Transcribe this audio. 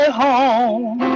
home